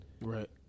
Right